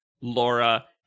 laura